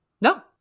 No